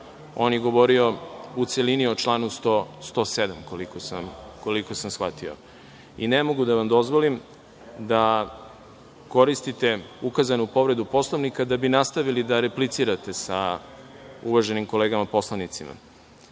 On je govorio u celini o članu 107. koliko sam shvatio. Ne mogu da vam dozvolim da koristite ukazanu povredu Poslovnika da bi nastavili da replicirate sa uvaženim kolegama poslanicima. Reč